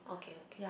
okay okay